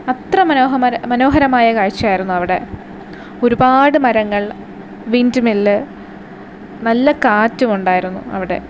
അത്ര മനോഹരമായ കാഴ്ചയായിരുന്നു അവിടെ ഒരുപാട് മരങ്ങൾ വിൻഡ്മില്ല് നല്ല കാറ്റുമുണ്ടായിരുന്നു അവിടെ